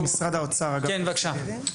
משרד האוצר, אגף תקציבים.